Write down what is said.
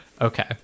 okay